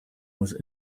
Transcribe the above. was